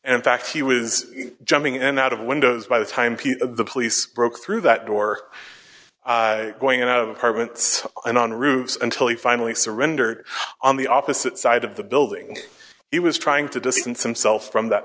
and fact he was jumping in and out of windows by the time the police broke through that door going out of apartments and on roofs until he finally surrendered on the opposite side of the building he was trying to distance himself from that